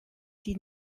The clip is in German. die